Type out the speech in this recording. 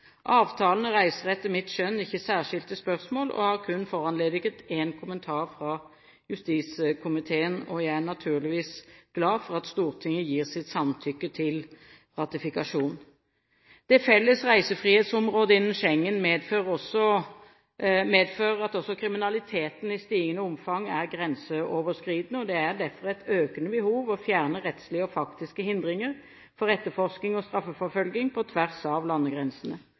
Avtalene reiser etter mitt skjønn ikke særskilte spørsmål, og har kun foranlediget én kommentar fra justiskomiteen. Jeg er naturligvis glad for at Stortinget gir sitt samtykke til ratifikasjon. Det felles reisefrihetsområdet innenfor Schengen medfører at også kriminaliteten i stigende omfang er grenseoverskridende. Det er derfor et økende behov for å fjerne rettslige og faktiske hindringer for etterforskning og straffeforfølging på tvers av landegrensene.